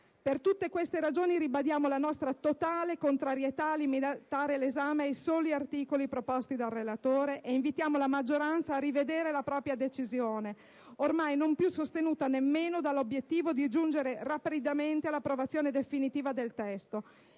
Per tutte queste ragioni, ribadiamo la nostra totale contrarietà a limitare l'esame ai soli articoli proposti dal relatore e invitiamo la maggioranza a rivedere la propria decisione, ormai non più sostenuta nemmeno dall'obiettivo di giungere rapidamente all'approvazione definitiva del testo: